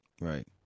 Right